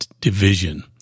division